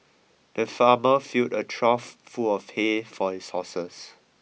the farmer filled a trough full of hay for his horses